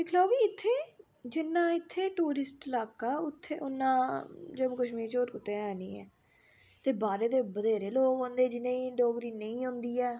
दिक्की लैओ प्ही इत्थे जिन्ना इत्थें टूरिस्ट ल्हाका उत्थै उन्ना जम्मू कश्मीर बिच्च कुतै होर है नी ऐ ते बाह्रे दे बथ्हेरे लोक औंदे जि'नें डोगरी नेईं औंदी ऐ